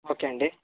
okay అండి